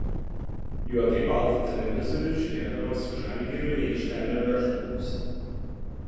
juodai baltą televizorių žiūrėdamas su žalgiriu į aikštelę verždavausi